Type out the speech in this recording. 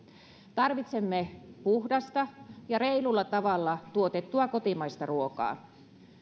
tarvitsemme puhdasta ja reilulla tavalla tuotettua kotimaista ruokaa